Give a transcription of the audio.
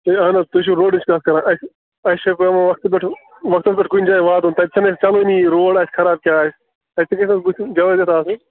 ہے اَہَن حظ تُہۍ چھُو روڈٕچ کتھ کَران اَسہِ اَسہِ چھِ پٮ۪وان وقتہٕ پٮ۪ٹھ وقتس پٮ۪ٹھ کُنہِ جایہِ واتُن تَتہِ چھِنہٕ اَسہِ چلانٕے روڈ اَسہِ خراب کیٛاہ آسہِ اَسہِ تہِ گژھِ نہَ حظ بُتھِ جوایزیت آسٕنۍ